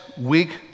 week